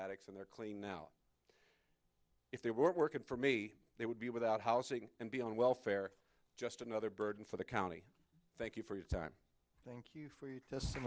addicts and they're clean now if they weren't working for me they would be without housing and be on welfare just another burden for the county thank you for your time thank you for your t